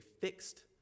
fixed